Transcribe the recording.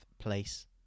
place